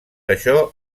això